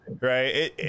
right